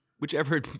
whichever